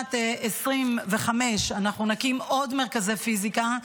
לשנת 2025 אנחנו נקים עוד מרכזי פיזיקה.